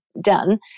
done